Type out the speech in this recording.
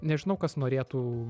nežinau kas norėtų